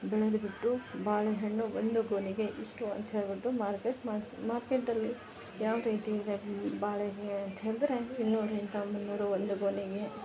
ಬೆಳೆದುಬಿಟ್ಟು ಬಾಳೆ ಹಣ್ಣು ಒಂದು ಗೊನೆಗೆ ಇಷ್ಟು ಅಂತ ಹೇಳಿಬಿಟ್ಟು ಮಾರ್ಕೆಟ್ ಮಾಡ್ತೀವಿ ಮಾರ್ಕೆಟಲ್ಲಿ ಯಾವ ರೀತಿಯಿದೆ ಬಾಳೆಗೆ ಅಂತ ಹೇಳಿದ್ರೆ ಇನ್ನೂರಕ್ಕಿಂತ ಮುನ್ನೂರು ಒಂದು ಗೊನೆಗೆ